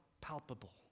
palpable